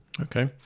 Okay